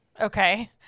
Okay